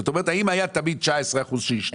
זאת אומרת, האם תמיד היו 19 אחוזים שעישנו.